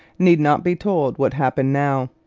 need not be told what happened now.